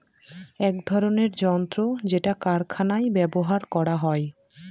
এক ধরনের যন্ত্র যেটা কারখানায় ব্যবহার করা হয়